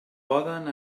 poden